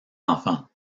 enfants